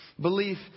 belief